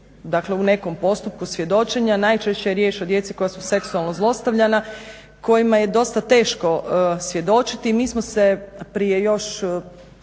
su u nekom postupku svjedočenja. Najčešće je riječ o djeci koja su seksualno zlostavljana, kojima je dosta teško svjedočiti. Mi smo se prije još